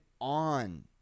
on